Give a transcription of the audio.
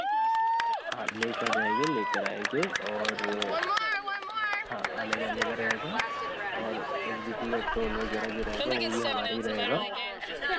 हाँ ले कर जाएगी लेकर आएंगे और हाँ आने जाने का रहेगा और उस बीच में टोल वगैरह जो रहेगा वह भी हमारा ही रहेगा